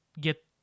get